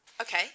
Okay